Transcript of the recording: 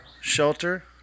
shelter